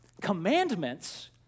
Commandments